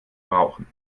brauchen